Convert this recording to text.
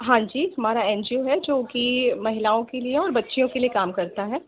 हाँ जी हमारा एन जी ओ है जो कि महिलाओं के लिए और बच्चियों के लिए काम करता है